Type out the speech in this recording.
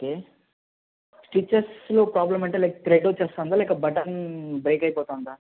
okay stitches problem అంటే like thread వచ్చేస్తోందా లేక బటన్ బ్రేక్ అయిపోతొందా